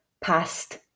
past